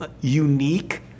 unique